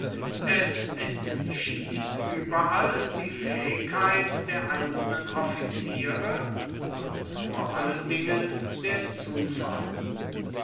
es entschied überall die fähigkeit der einzelnen offiziere und vor allen dingen der zufall